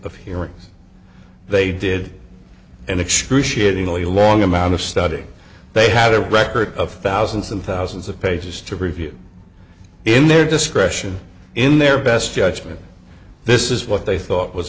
hearings they did an excruciating only long amount of study they had a record of thousands and thousands of pages to review in their discretion in their best judgment this is what they thought was